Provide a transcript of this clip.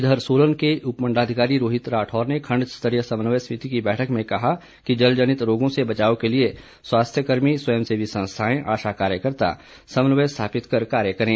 इधर सोलन के उपमंडलाधिकारी रोहित राठौर ने खण्ड स्तरीय समन्वय समिति की बैठक में कहा कि जलजनित रोगों से बचाव के लिए स्वास्थ्य कर्मी स्वयंसेवी संस्थाएं आशा कार्यकर्ता समन्वय स्थापित कर कार्य करें